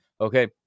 Okay